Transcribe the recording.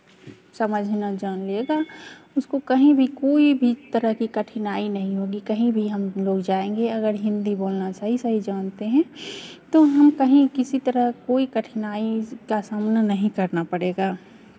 समझना जान लेगा उसको कहीं भी कोई भी तरह की कठिनाई नहीं होगी कहीं भी हम लोग जाएंगे अगर हिंदी बोलना सही सही जानते हैं तो वहाँ कहीं किसी तरह कोई कठिनाई का सामना नहीं करना पड़ेगा